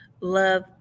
Love